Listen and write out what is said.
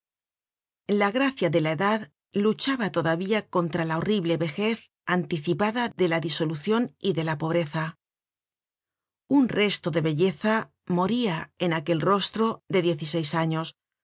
la gracia de la edad luchaba todavía contra la horrible vejez anticipada de la disolucion y de la pobreza un resto de belleza moria en aquel rostro de diez y seis años